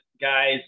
guys